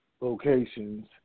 locations